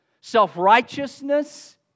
self-righteousness